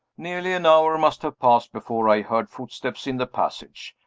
nearly an hour must have passed before i heard footsteps in the passage.